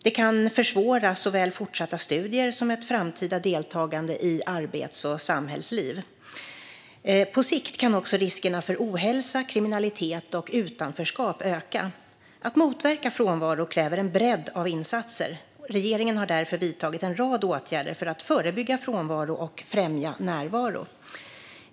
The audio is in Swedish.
Det kan försvåra såväl fortsatta studier som ett framtida deltagande i arbets och samhällsliv. På sikt kan också riskerna för ohälsa, kriminalitet och utanförskap öka. Att motverka frånvaro kräver en bredd av insatser. Regeringen har därför vidtagit en rad åtgärder för att förebygga frånvaro och främja närvaro.